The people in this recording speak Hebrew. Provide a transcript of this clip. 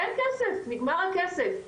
אין כסף נגמר הכסף,